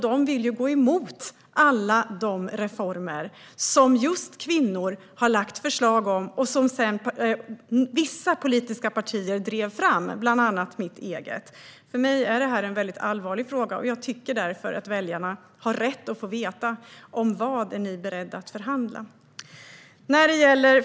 De vill gå emot alla de reformer som kvinnor har lagt fram förslag om och som sedan vissa politiska partier drivit fram, bland annat mitt eget. För mig är det här en väldigt allvarlig fråga, och jag tycker därför att väljarna har rätt att få veta vad ni är beredda att förhandla om.